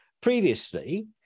Previously